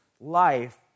life